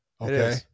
Okay